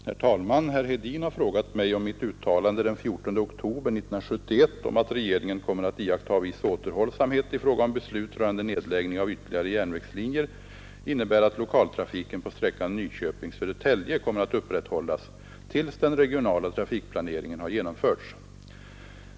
Herr talman! Herr Hedin har frågat mig om mitt uttalande den 14 oktober 1971 om att regeringen kommer att iaktta viss återhållsamhet i fråga om beslut rörande nedläggning av ytterligare järnvägslinjer innebär att lokaltrafiken på sträckan Nyköping—Södertälje kommer att upprätthållas tills den regionala trafikplaneringen har genomförts.